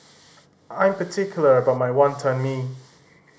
I'm particular about my Wonton Mee